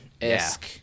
esque